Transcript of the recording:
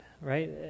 right